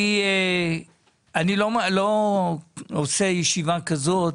אני לא עושה ישיבה כזאת